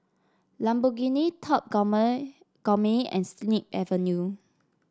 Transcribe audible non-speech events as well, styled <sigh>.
Lamborghini Top <unintelligible> Gourmet and Snip Avenue